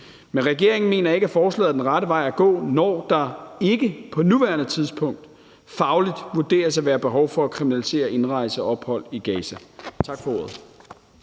Men regeringen mener ikke, at forslaget er den rette vej at gå, når der ikke på nuværende tidspunkt fagligt vurderes at være behov for at kriminalisere indrejse og ophold i Gaza. Tak for ordet.